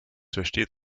versteht